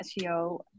seo